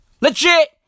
Legit